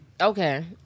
okay